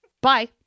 Bye